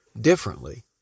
differently